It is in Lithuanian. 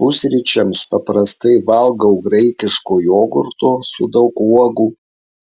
pusryčiams paprastai valgau graikiško jogurto su daug uogų